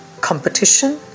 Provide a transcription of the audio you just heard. competition